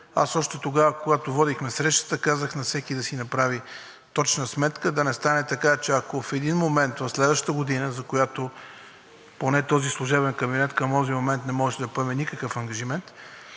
аз още когато водихме срещата, казах на всеки да си направи точна сметка – да не стане така, че ако в един момент в следващата година, за която поне този служебен кабинет към онзи момент не можеше да поеме никакъв ангажимент,